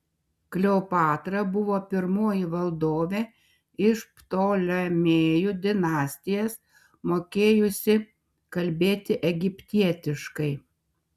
kleopatra buvo pirmoji valdovė iš ptolemėjų dinastijos mokėjusi kalbėti egiptietiškai